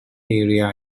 area